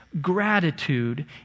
gratitude